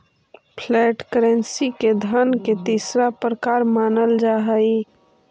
flat currency के धन के तीसरा प्रकार मानल जा हई